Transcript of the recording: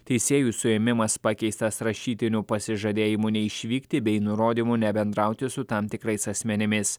teisėjų suėmimas pakeistas rašytiniu pasižadėjimu neišvykti bei nurodymu nebendrauti su tam tikrais asmenimis